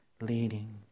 leading